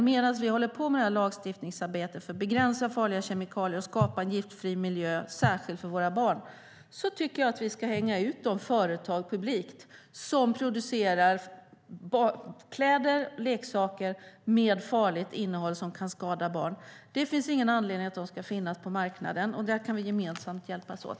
Medan vi håller på med lagstiftningsarbetet för att begränsa farliga kemikalier och skapa en giftfri miljö, särskilt för våra barn, tycker jag att vi publikt ska hänga ut de företag som producerar kläder och leksaker med farligt innehåll som kan skada barn. Det finns ingen anledning att de ska finnas på marknaden. Där kan vi gemensamt hjälpas åt.